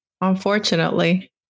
unfortunately